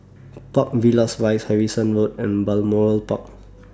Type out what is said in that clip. Park Villas Rise Harrison Road and Balmoral Park